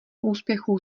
úspěchů